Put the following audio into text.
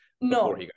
no